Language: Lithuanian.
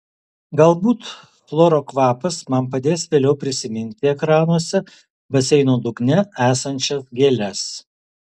galbūt chloro kvapas man padės vėliau prisiminti ekranuose baseino dugne esančias gėles